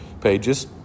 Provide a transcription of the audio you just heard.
pages